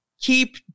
keep